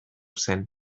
zen